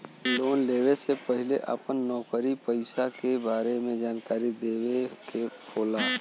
Loan लेवे से पहिले अपना नौकरी पेसा के बारे मे जानकारी देवे के होला?